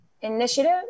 Initiative